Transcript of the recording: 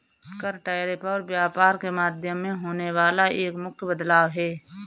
कर, टैरिफ और व्यापार के माध्यम में होने वाला एक मुख्य बदलाव हे